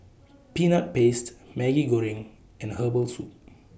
Peanut Paste Maggi Goreng and Herbal Soup